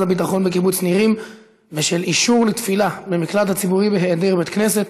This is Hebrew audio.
הביטחון בקיבוץ נירים בשל אישור לתפילה במקלט הציבורי בהיעדר בית כנסת,